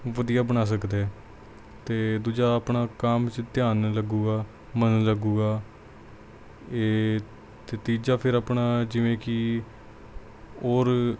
ਵਧੀਆ ਬਣਾ ਸਕਦਾ ਅਤੇ ਦੂਜਾ ਆਪਣਾ ਕੰਮ 'ਚ ਧਿਆਨ ਲੱਗੂਗਾ ਮਨ ਲੱਗੂਗਾ ਇਹ ਅਤੇ ਤੀਜਾ ਫਿਰ ਆਪਣਾ ਜਿਵੇਂ ਕਿ ਔਰ